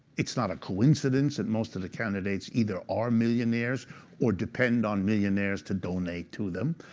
it's not a coincidence that most of the candidates either are millionaires or depend on millionaires to donate to them.